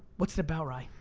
what's it about, ry?